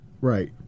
Right